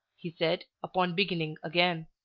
he said, upon beginning again.